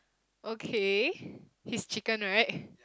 okay his chicken right